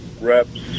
reps